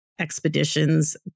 expeditions